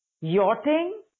yachting